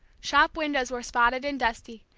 shop windows were spotted and dusty,